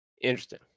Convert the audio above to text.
Interesting